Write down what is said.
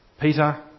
Peter